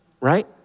right